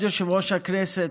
כבוד יושב-ראש הכנסת,